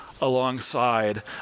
alongside